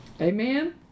Amen